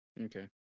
Okay